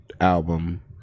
album